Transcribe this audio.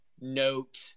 note